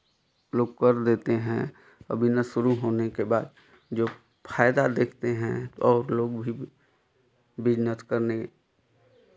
लोग कर देते हैं बिज़नेस शुरू होने के बाद जो फायदा देखते हैं और लोग भी बिज़नेस करने